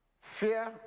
fear